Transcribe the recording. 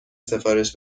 سفارش